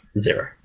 zero